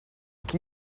qui